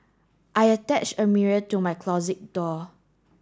I attached a mirror to my closet door